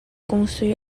conçus